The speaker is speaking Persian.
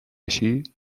بشی